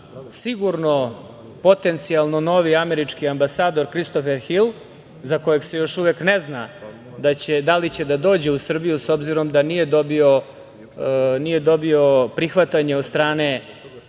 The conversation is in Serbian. sigurno potencijalno novi američki ambasador Kristofer Hil za kojeg se još uvek ne zna da li će da dođe u Srbiju, s obzirom da nije dobio prihvatanje od strane